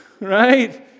right